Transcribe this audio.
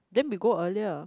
then we go earlier